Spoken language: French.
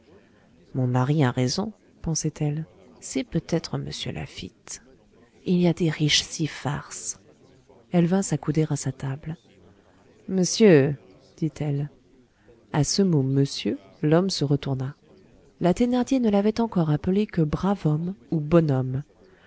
mon mari a raison pensait-elle c'est peut-être monsieur laffitte il y a des riches si farces elle vint s'accouder à sa table monsieur dit-elle à ce mot monsieur l'homme se retourna la thénardier ne l'avait encore appelé que brave homme ou bonhomme